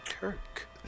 Kirk